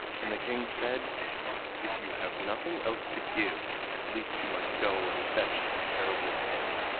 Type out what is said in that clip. and the king said if you have nothing else to give, at least you might go and fetch the terrible head.